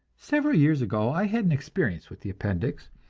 several years ago i had an experience with the appendix,